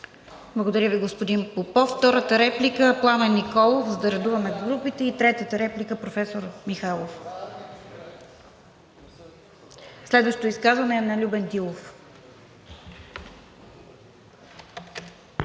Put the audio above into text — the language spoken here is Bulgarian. Благодаря Ви, господин Попов. Втора реплика – Пламен Николов, за да редуваме групата, и третата реплика – професор Михайлов. Следващото изказване е на Любен Дилов.